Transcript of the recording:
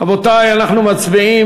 רבותי, אנחנו מצביעים.